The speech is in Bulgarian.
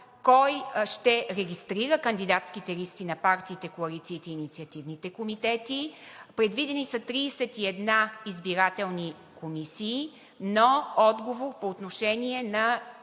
кой ще регистрира кандидатските листи на партиите, коалициите и инициативните комитети. Предвидени са 31 избирателни комисии, но отговор по отношение на